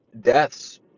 deaths